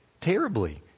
terribly